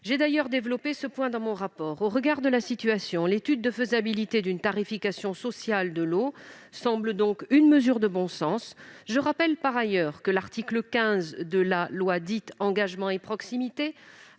J'ai d'ailleurs développé ce point dans mon rapport. Au regard de la situation, l'étude de faisabilité d'une tarification sociale de l'eau semble donc une mesure de bon sens. Je rappelle que l'article 15 de la loi relative à l'engagement dans la vie